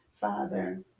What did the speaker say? Father